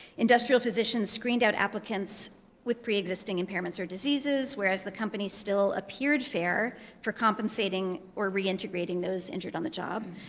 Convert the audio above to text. industrial physicians screened out applicants with pre-existing impairments or diseases, whereas the company still appeared fair for compensating or reintegrating those injured on the job.